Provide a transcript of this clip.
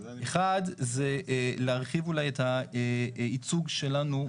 1. זה להרחיב אולי את הייצוג שלנו,